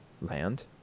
land